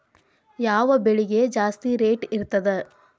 ಯಾವ ಬೆಳಿಗೆ ಜಾಸ್ತಿ ರೇಟ್ ಇರ್ತದ?